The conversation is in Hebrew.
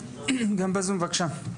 גם בזמן בבקשה.